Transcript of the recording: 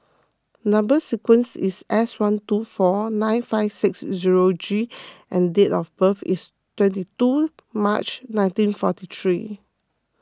Number Sequence is S one two four nine five six zero G and date of birth is twenty two March nineteen forty three